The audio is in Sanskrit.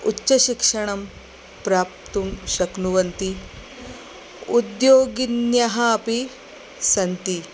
उच्चशिक्षणं प्राप्तुं शक्नुवन्ति उद्योगिन्यः अपि सन्ति